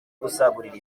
gusagurira